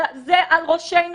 וזה על ראשינו,